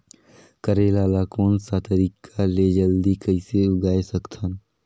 करेला ला कोन सा तरीका ले जल्दी कइसे उगाय सकथन?